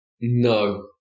no